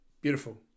beautiful